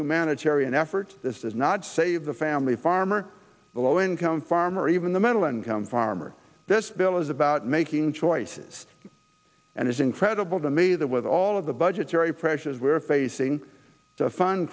humanitarian effort this does not save the family farm or the low income farm or even the middle income farmers this bill is about making choices and it's incredible to me that with all of the budgetary pressures we're facing to fund